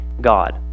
God